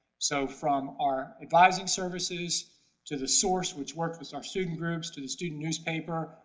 so from our advising services to the source which work with our student groups, to the student newspaper,